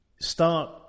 Start